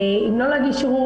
אם לא להגיש ערעור,